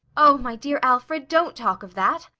oh, my dear alfred, don't talk of that!